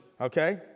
okay